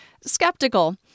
skeptical